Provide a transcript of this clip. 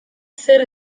zer